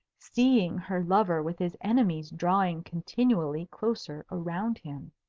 seeing her lover with his enemies drawing continually closer around him.